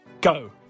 Go